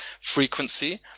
frequency